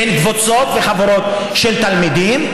בין קבוצות וחבורות של תלמידים,